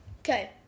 okay